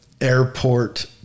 airport